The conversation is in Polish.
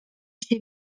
się